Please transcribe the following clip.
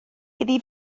iddi